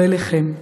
לא אליכם,